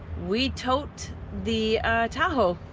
we tote the tahoe.